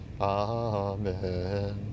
Amen